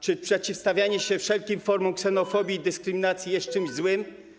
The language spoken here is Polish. Czy przeciwstawianie się wszelkim formom ksenofobii i dyskryminacji jest czymś złym?